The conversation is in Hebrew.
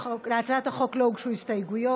להצעת החוק לא הוגשו הסתייגויות.